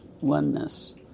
oneness